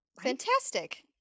fantastic